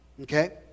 Okay